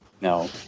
no